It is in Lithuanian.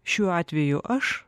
šiuo atveju aš